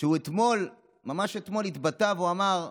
כשהוא אתמול, ממש אתמול, התבטא ואמר: